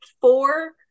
four